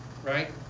Right